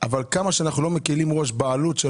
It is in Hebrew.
אבל כמה שאנחנו לא מקילים ראש בעלות של